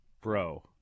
Bro